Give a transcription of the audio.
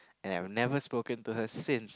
and I've never spoken to her since